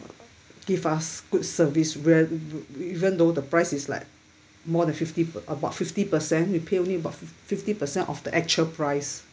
give us good service when even though the price is like more than fifty per~ uh about fifty percent we pay only about fifty percent of the actual price